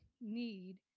need